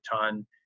ton